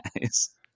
guys